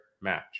match